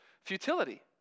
futility